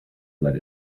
let